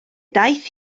daith